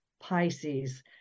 pisces